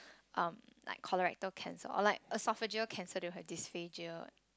um like coloratura cancer or like esophageal cancer they will have dysphagia